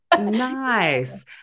nice